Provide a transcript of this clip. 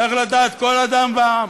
צריך לדעת כל אדם בעם